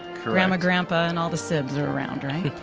grandma, grandpa and all the siblings are around.